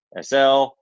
SL